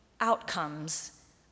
outcomes